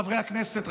חברי הכנסת,